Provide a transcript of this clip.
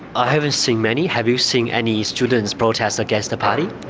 i haven't seen many. have you seen any students protesting against the party?